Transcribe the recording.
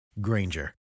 Granger